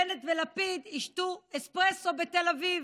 בנט ולפיד ישתו אספרסו בתל אביב.